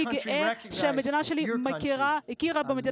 אני גאה בכך שהמדינה שלי הכירה במדינה